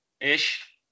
ish